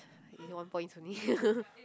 !ee! one points only